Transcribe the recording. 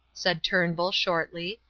said turnbull, shortly.